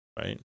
right